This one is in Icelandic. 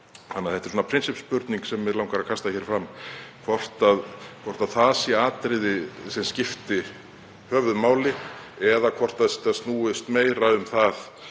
yrði. Þetta er prinsippspurning sem mig langar að kasta hér fram, hvort það sé atriði sem skipti höfuðmáli eða hvort þetta snúist meira um það